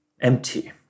empty